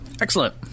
Excellent